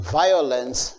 violence